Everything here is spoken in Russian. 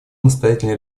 настоятельно